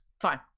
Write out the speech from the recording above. Fine